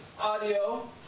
audio